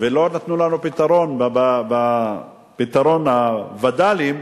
ולא נתנו לנו פתרון בפתרון הווד"לים,